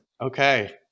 Okay